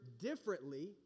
differently